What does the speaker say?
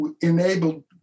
enabled